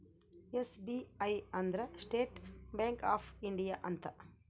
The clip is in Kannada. ಎಸ್.ಬಿ.ಐ ಅಂದ್ರ ಸ್ಟೇಟ್ ಬ್ಯಾಂಕ್ ಆಫ್ ಇಂಡಿಯಾ ಅಂತ